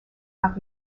not